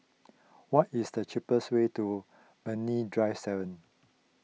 what is the cheapest way to Brani Drive seven